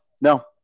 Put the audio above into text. no